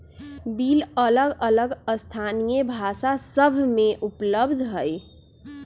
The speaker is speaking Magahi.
बिल अलग अलग स्थानीय भाषा सभ में उपलब्ध हइ